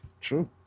True